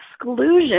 exclusion